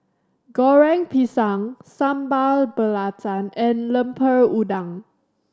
Goreng Pisang Sambal Belacan and Lemper Udang